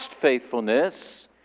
faithfulness